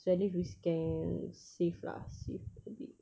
so at least we can save lah save a bit